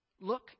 Look